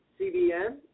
CBN